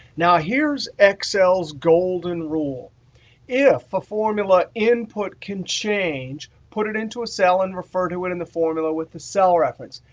now here's excel's golden rule if a formula input can change, put it into a cell and refer to it in the formula with the cell reference.